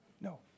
No